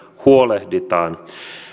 huolehditaan